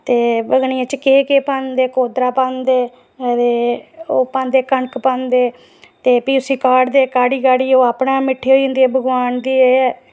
ते बगनियै च केह् केह् पांदे कोदरा पांदे ते ओह् पांदे कनक पांदे ते भी उसी काह्ड़दे ते ओह् काह्ड़ी काह्ड़ियै उसी अपने किट्ठे होई जंदे भगोआन दी एह् ऐ